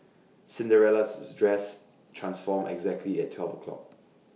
Cinderella's dress transformed exactly at twelve o'clock